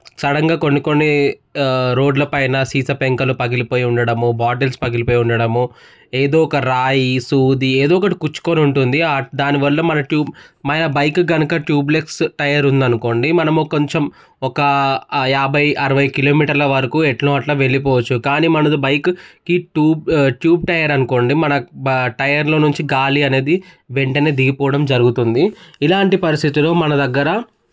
సడన్గా కొన్ని కొన్ని రోడ్ల పైన సీసా పెంకులు పగిలిపోయి ఉండడం బాటిల్స్ పగిలిపోయి ఉండడం ఏదో ఒక రాయి సూది ఏదో ఒకటి గుచ్చుకొని ఉంటుంది దానివల్ల మన ట్యూబు మన బైక్ కనుక ట్యూబ్లెల్ టైర్ ఉంది అనుకోండి మనము కొంచెం ఒక యాభై అరవై కిలోమీటర్ల వరకు ఎట్లో అట్లా వెళ్ళిపోవచ్చు కానీ మనది బైక్కి ట్యూబ్ ట్యూబ్ టైర్ అనుకోండి మన టైర్లో నుంచి గాలి అనేది వెంటనే దిగిపోవడం జరుగుతుంది ఇలాంటి పరిస్థితిలో మన దగ్గర